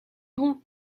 bon